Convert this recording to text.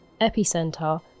Epicenter